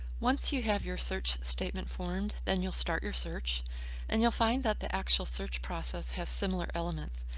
once you have your search statement formed, then you'll start your search and you'll find that the actual search process has similar elements.